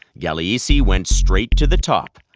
gagliese went straight to the top.